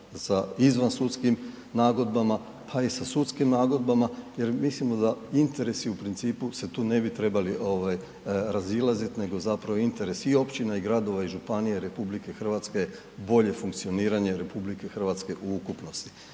sa izvansudskim nagodbama pa i sa sudskim nagodbama jer mislimo da interesi u principu se tu ne bi trebali razilaziti ovaj nego zapravo interesi i općina i gradova i županije i RH bolje funkcioniranje RH u ukupnosti.